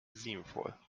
sinnvoll